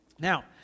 Now